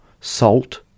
Salt